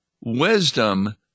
wisdom